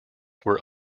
were